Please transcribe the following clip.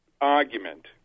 argument